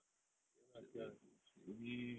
straightaway do straightaway